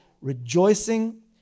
Rejoicing